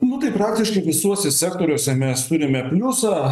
nu tai praktiškai visuose sektoriuose mes turime pliusą